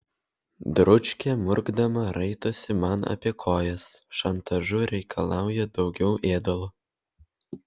dručkė murkdama raitosi man apie kojas šantažu reikalauja daugiau ėdalo